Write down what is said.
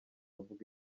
uvuga